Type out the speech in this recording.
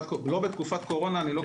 לא בתקופת קורונה אני לא,